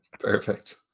Perfect